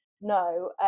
No